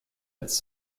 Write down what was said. als